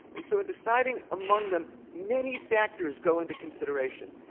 and so in deciding among them, many factors go into consideration.